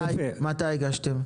מתי הגשתם?